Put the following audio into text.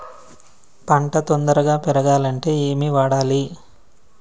పంట తొందరగా పెరగాలంటే ఏమి వాడాలి?